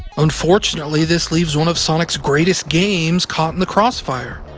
unfortunately, this leaves one of sonic's greatest games caught in the crossfire.